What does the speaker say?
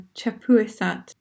Chapuisat